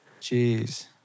Jeez